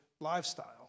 lifestyle